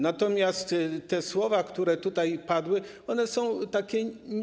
Natomiast te słowa, które tutaj padły, one są takie.